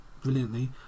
brilliantly